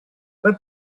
but